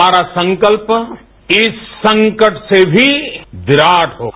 हमारा संकल्प इस संकट से भी विराट होगा